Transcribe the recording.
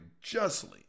justly